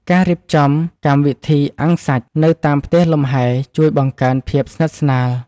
ការរៀបចំកម្មវិធីអាំងសាច់ នៅតាមផ្ទះលំហែជួយបង្កើនភាពស្និទ្ធស្នាល។